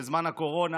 בזמן הקורונה,